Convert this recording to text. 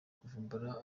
kuvumbura